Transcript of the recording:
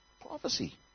Prophecy